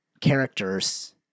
characters